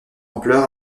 ampleur